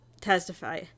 testify